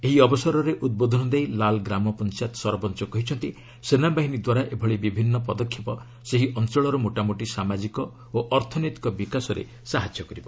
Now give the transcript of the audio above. ଏହି ଅବସରରେ ଉଦ୍ବୋଧନ ଦେଇ ଲାମ୍ ଗ୍ରାମପଞ୍ଚାୟତର ସରପଞ୍ଚ କହିଛନ୍ତି ସେନାବାହିନୀ ଦ୍ୱାରା ଏଭଳି ବିଭିନ୍ନ ପଦକ୍ଷେପ ସେହି ଅଞ୍ଚଳର ମୋଟାମୋଟି ସାମାଜିକ ଓ ଅର୍ଥନୈତିକ ବିକାଶରେ ସାହାଯ୍ୟ କରିବ